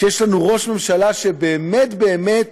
ויש לנו ראש ממשלה שבאמת באמת